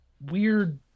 weird